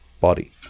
body